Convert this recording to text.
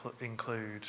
include